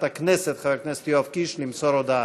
הכנסת חבר הכנסת יואב קיש למסור הודעה.